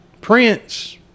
Prince